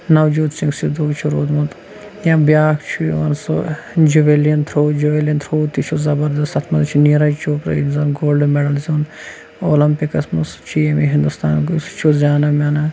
نَوجوت سِنٛگ سِدوٗ چھُ روٗدمُت یا بیاکھ چھُ یِوان سُہ جُویلِیَن تھُروٗ جُویلِیَن تھُروٗ تہِ چھُ زَبردست اَتھ مںٛز چھ نیٖرَج چوپرا یُس زَن گولڈ میڈَل زیوٗن اولَمپِکَس منٛز سُہ چھُ ییٚمیے ہِنٛدوستانکُے سُہ چھُ زانا مانا